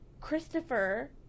Christopher